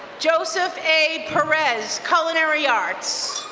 joseph a. perez, culinary arts.